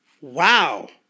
Wow